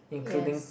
yes